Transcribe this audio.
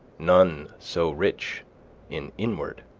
none so rich in inward.